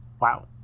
wow